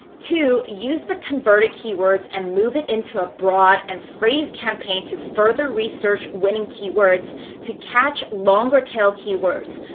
two, use the converted keywords and move it into a broad and phrase campaign to further research winning keywords to catch longer tail keywords.